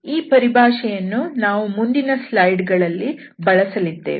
ಈ ಪರಿಭಾಷೆಯನ್ನು ನಾವು ಮುಂದಿನ ಸ್ಲೈಡ್ ಗಳಲ್ಲಿ ಬಳಸಿದ್ದೇವೆ